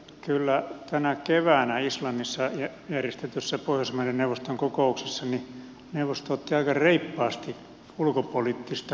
kyllä tänä keväänä islannissa järjestetyssä pohjoismaiden neuvoston kokouksessa neuvosto otti aika reippaasti ulkopoliittista kantaa